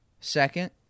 second